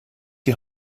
die